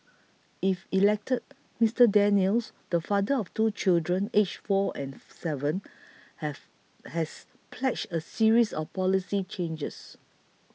if elected Mister Daniels the father of two children aged four and seven have has pledged a series of policy changes